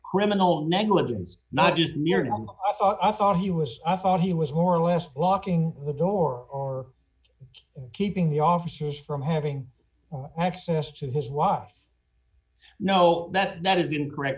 criminal negligence not just miriam i thought he was i thought he was more or less locking the door keeping the officers from having access to his wife no that is incorrect